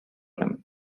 him